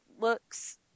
looks